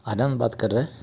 आनंद बात कर रहे है